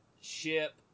ship